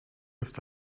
ist